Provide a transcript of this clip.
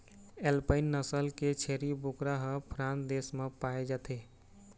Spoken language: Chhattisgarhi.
एल्पाइन नसल के छेरी बोकरा ह फ्रांस देश म पाए जाथे